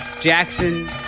Jackson